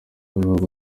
ibihugu